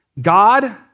God